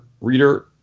reader